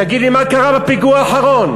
תגיד לי, מה קרה בפיגוע האחרון?